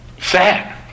sad